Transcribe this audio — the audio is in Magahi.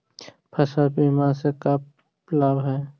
फसल बीमा से का लाभ है?